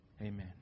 Amen